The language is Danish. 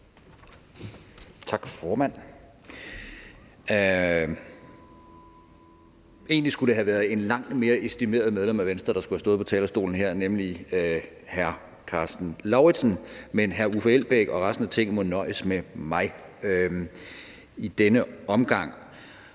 Tak, formand. Egentlig skulle det have været et langt mere estimeret medlem af Venstre, der skulle have stået på talerstolen her, nemlig hr. Karsten Lauritzen. Men hr. Uffe Elbæk og resten af Tinget må nøjes med mig i denne omgang.